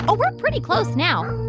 ah we're pretty close now